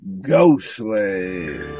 Ghostly